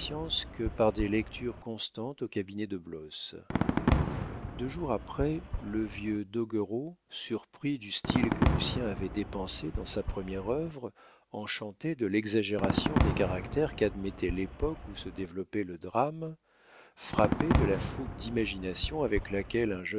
que par des lectures constantes au cabinet de blosse deux jours après le vieux doguereau surpris du style que lucien avait dépensé dans sa première œuvre enchanté de l'exagération des caractères qu'admettait l'époque où se développait le drame frappé de la fougue d'imagination avec laquelle